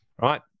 right